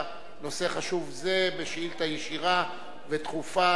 נושא חשוב זה בשאילתא ישירה ודחופה,